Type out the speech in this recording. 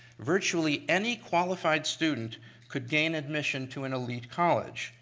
virtually any qualified student could gain admission to an elite college,